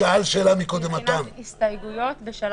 רוויזיה על הסתייגות מס'